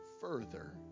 further